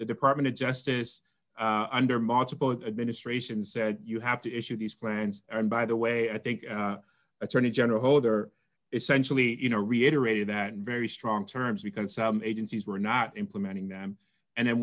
the department of justice under multiple it administration said you have to issue these plans and by the way i think attorney general holder essentially you know reiterated that very strong terms we can some agencies were not implementing them and